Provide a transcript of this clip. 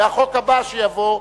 והחוק הבא שיבוא,